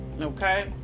Okay